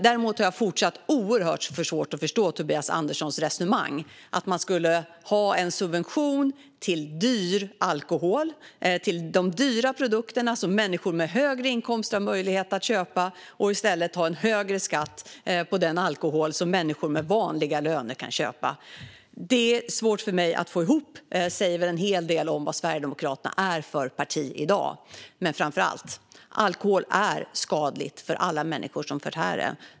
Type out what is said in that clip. Däremot har jag fortfarande oerhört svårt att förstå Tobias Anderssons resonemang om att ha en subvention för dyr alkohol, för dyra produkter som människor med högre inkomster har möjlighet att köpa, och i stället ha högre skatt för den alkohol som människor med vanliga löner kan köpa. Det är svårt för mig att få ihop, och det säger väl en hel del om vad Sverigedemokraterna är för parti i dag. Men framför allt: Alkohol är skadlig för alla människor som förtär den.